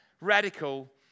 Radical